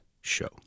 show